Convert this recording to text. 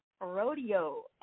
Rodeo